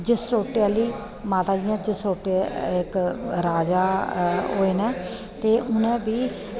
जसरोटै आह्ली माता जियां जसरोटै इक राजा होए न ते उ'नें बी